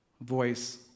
Voice